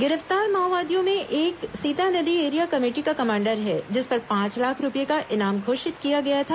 गिरफ्तार माओवादियों में एक सीतानदी एरिया कमेटी का कमांडर है जिस पर पांच लाख रूपये का इनामी घोषित किया गया था